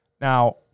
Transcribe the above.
Now